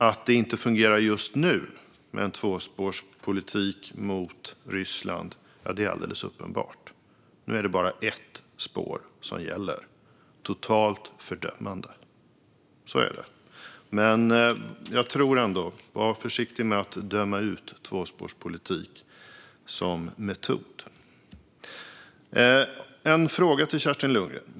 Att det inte fungerar just nu med tvåspårspolitik mot Ryssland är alldeles uppenbart. Nu är det bara ett spår som gäller: totalt fördömande. Så är det. Men jag tror ändå att man ska vara försiktig med att döma ut tvåspårspolitik som metod. Jag har en fråga till Kerstin Lundgren.